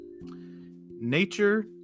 Nature